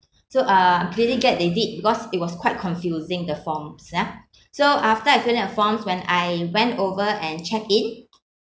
so uh pretty glad they did because it was quite confusing the forms ya so after I fill in the forms when I went over and check in